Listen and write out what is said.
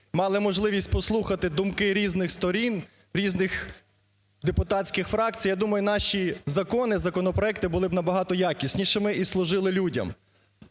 мали б можливість послухати думки різних сторін, різних депутатських фракцій, я думаю, що наші закони, законопроекти були б набагато якіснішими і служили людям.